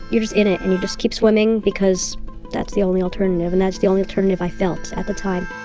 you're just in it and you just keep swimming because that's the only alternative and that's the only alternative i felt at the time